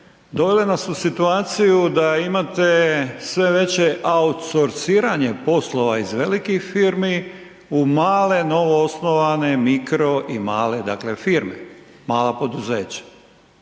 dovele nas u situaciju da imate sve veće outsorciranje poslova iz velikih firmi u male, novo osnovane mikro i male dakle firme, mala poduzeća.